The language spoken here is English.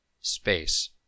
space